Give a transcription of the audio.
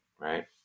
Right